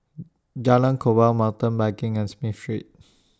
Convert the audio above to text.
Jalan Korban Mountain Biking and Smith Street